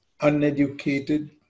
uneducated